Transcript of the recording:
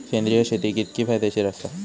सेंद्रिय शेती कितकी फायदेशीर आसा?